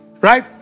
Right